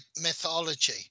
mythology